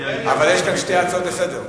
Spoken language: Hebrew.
ועדה, מליאה, אבל יש כאן שתי הצעות לסדר-היום.